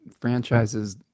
franchises